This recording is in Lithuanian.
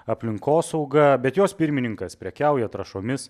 aplinkosauga bet jos pirmininkas prekiauja trąšomis